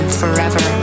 forever